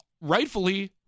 rightfully